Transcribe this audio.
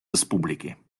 республіки